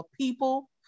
people